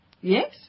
yes